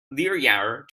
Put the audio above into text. lekrjahre